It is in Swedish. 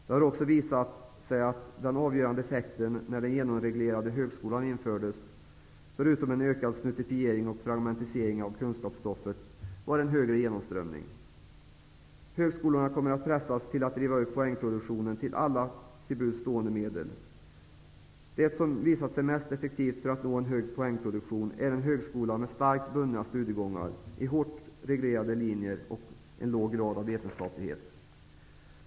Det har också visat sig att den avgörande effekten när den genomreglerade högskolan infördes, förutom en ökad snuttifiering och fragmentisering av kunskapsstoffet, var en högre genomströmning. Högskolorna kommer att pressas till att driva upp poängproduktionen med alla till buds stående medel. Det som visat sig mest effektivt för att nå en hög poängproduktion är en högskola med starkt bundna studiegångar, i hårt reglerade linjer och med en låg grad av vetenskaplighet.